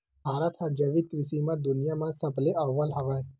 भारत हा जैविक कृषि मा दुनिया मा सबले अव्वल हवे